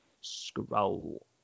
scroll